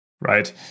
Right